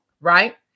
right